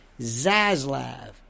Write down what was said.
Zaslav